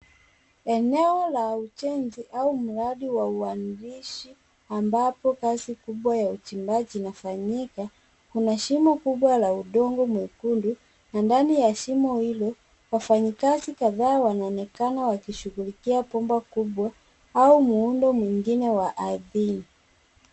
Eneo la ujenzi au mradi wa uanzishi ambapo kazi kubwa ya uchimbaji inafanyika. Kuna shimo kubwa la udongo mwekundu na ndani ya shimo hilo wafanyikazi kadhaa wanaonekana wakishughulikia bomba kubwa au muundo mwingine wa ardhini.